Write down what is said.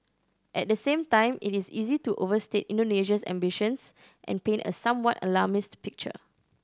at the same time it is easy to overstate Indonesia's ambitions and paint a somewhat alarmist picture